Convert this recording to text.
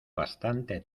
bastante